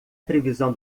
previsão